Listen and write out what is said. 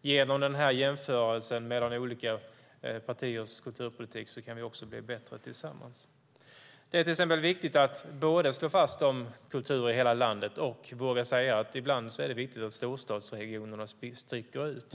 Genom jämförelsen mellan olika partiers kulturpolitik kan vi också bli bättre tillsammans. Det är till exempel viktigt att både slå fast detta om kultur i hela landet och våga säga att det ibland är viktigt att storstadsregionernas bit sticker ut.